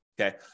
Okay